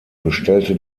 bestellte